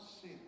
sin